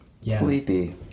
Sleepy